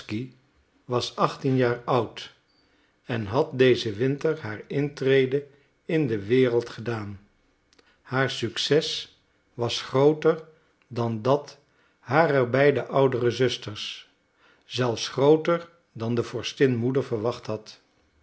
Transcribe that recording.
was achttien jaar oud en had dezen winter haar intrede in de wereld gedaan haar succes was grooter dan dat harer beide oudere zusters zelfs grooter dan de vorstin moeder verwacht had